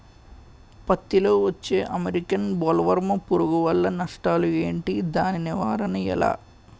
పత్తి లో వచ్చే అమెరికన్ బోల్వర్మ్ పురుగు వల్ల నష్టాలు ఏంటి? దాని నివారణ ఎలా?